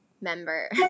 member